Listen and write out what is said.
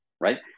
right